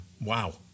Wow